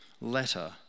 letter